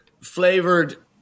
flavored